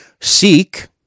seek